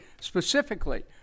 Specifically